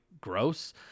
gross